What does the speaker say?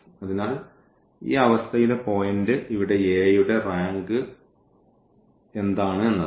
അതിനാൽ ഈ അവസ്ഥയിലെ പോയിന്റ് ഇവിടെ A യുടെ റാങ്ക് എന്താണ് എന്നതാണ്